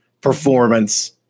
performance